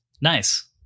Nice